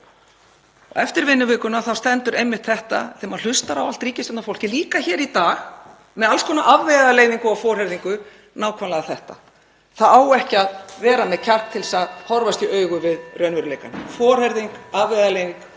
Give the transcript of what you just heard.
Eftir vinnuvikuna stendur einmitt þetta, þegar maður hlustar á allt ríkisstjórnarfólkið, líka hér í dag, með alls konar afvegaleiðingar og forherðingu, nákvæmlega þetta: Það á ekki að hafa kjark til þess að horfast í augu við raunveruleikann — forherðing, afvegaleiðing,